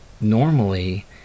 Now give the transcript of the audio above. normally